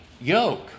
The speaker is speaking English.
yoke